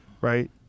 right